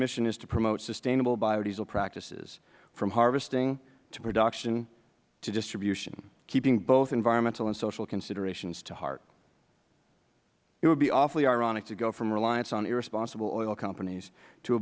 mission is to promote sustainable biodiesel practices from harvesting to production to distribution keeping both environmental and social considerations to heart it would be awfully ironic to go from reliance on irresponsible oil companies to